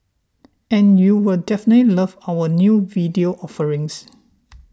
and you'll definitely love our new video offerings